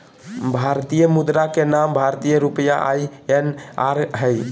भारतीय मुद्रा के नाम भारतीय रुपया आई.एन.आर हइ